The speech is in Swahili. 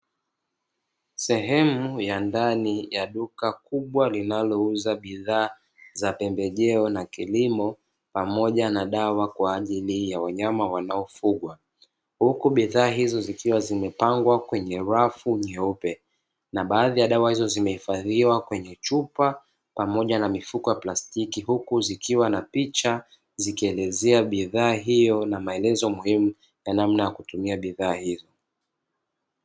Sehemu ya ndani ya duka kubwa linalouza bidhaa za pembejeo na kilimo pamoja na dawa kwa ajili ya wanyama wanaofugwa. Huku bidhaa hizo zikiwa zimepangwa kwenye rafu nyeupe na baadhi ya dawa hizo zimehifadhiwa kwenye chupa pamoja na mifuko ya plastiki huku zikiwa na picha zikielezea bidhaa hiyo na maelezo muhimu ya namna ya kutumia bidhaa hizo.